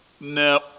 No